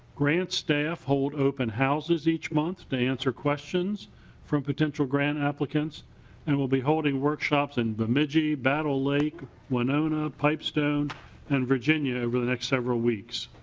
grant staff hold open houses each month to answer questions from potential grant applicants and will be holding workshops in bemidji battle lay winona pipestone and virginia over the next several weeks.